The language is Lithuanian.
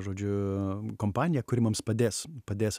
žodžiu kompanija kuri mums padės padės